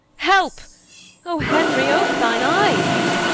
helpe oh henry ope thine eyes